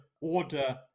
order